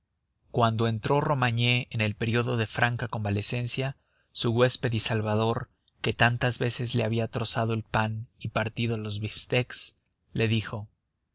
cuando entró romagné en el período de franca convalecencia su huésped y salvador que tantas veces le había trozado el pan y partido los biftecs le dijo